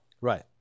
right